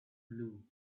blue